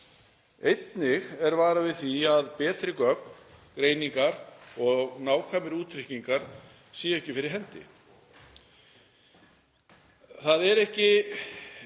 Einnig er varað við því að betri gögn, greiningar og nákvæmir útreikningar séu ekki fyrir hendi. Það eru engar